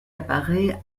apparaît